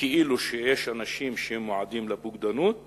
כאילו יש אנשים שהם מועדים לבוגדנות